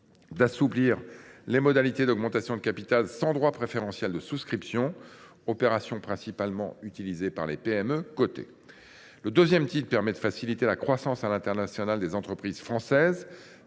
d’assouplir les modalités des augmentations de capital sans droit préférentiel de souscription, ces opérations étant principalement utilisées par les PME cotées. Le titre II vise à faciliter la croissance internationale des entreprises françaises